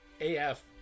AF